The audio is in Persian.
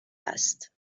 است